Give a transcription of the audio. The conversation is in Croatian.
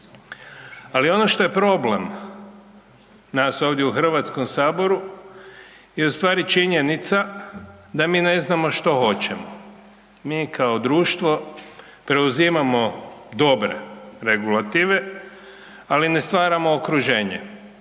Ali ono što je problem nas ovdje u Hrvatskom saboru je ustvari činjenica da mi ne znamo što hoćemo, mi kao društvo preuzimamo dobre regulative, ali ne stvaramo okruženje,